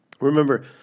Remember